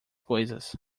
coisas